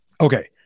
Okay